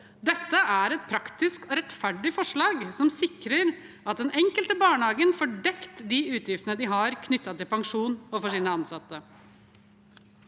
Dette er et praktisk og rettferdig forslag som sikrer at den enkelte barnehage får dekket de utgiftene de har knyttet til pensjon for sine ansatte.